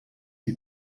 die